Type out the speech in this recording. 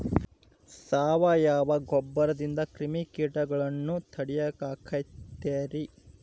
ಸಾವಯವ ಗೊಬ್ಬರದಿಂದ ಕ್ರಿಮಿಕೇಟಗೊಳ್ನ ತಡಿಯಾಕ ಆಕ್ಕೆತಿ ರೇ?